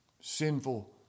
sinful